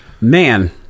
Man